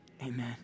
amen